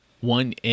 one